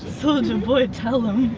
soulja boy, tell him.